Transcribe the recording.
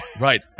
Right